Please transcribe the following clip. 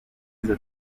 izo